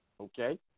Okay